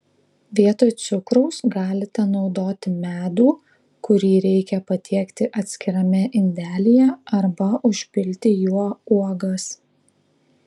vietoj cukraus galite naudoti medų kurį reikia patiekti atskirame indelyje arba užpilti juo uogas